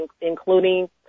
including